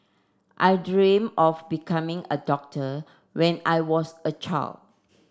I dream of becoming a doctor when I was a child